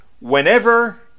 whenever